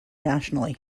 nationally